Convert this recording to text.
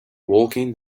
walking